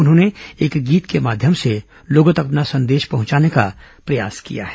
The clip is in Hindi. उन्होंने एक गीत के माध्यम से लोगों तक अपना संदेश पहुंचाने का प्रयास किया है